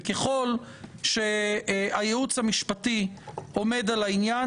וככל שהייעוץ המשפטי עומד על העניין,